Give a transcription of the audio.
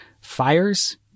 fires